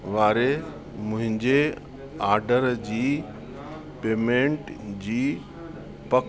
वारे मुंहिंजे आडर जी पेमैंट जी पकु